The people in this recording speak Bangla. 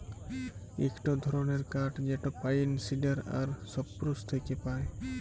ইকটো ধরণের কাঠ যেটা পাইন, সিডার আর সপ্রুস থেক্যে পায়